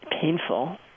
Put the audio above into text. painful